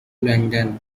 london